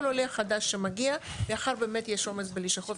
כל עולה חדש שמגיע מאחר שיש עומס בלשכות,